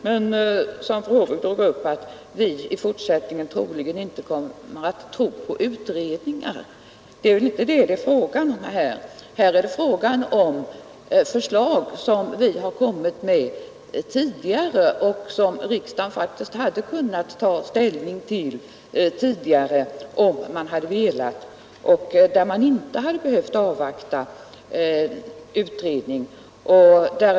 Hon sade att vi i fortsättningen inte kommer att tro på utredningar. Det är väl inte det som det är fråga om. Här gäller det förslag som vi har framlagt tidigare och som riksdagen faktiskt hade kunnat ta ställning till tidigare utan att avvakta utredningen, om man hade velat.